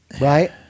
right